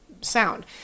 sound